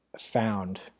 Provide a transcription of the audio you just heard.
found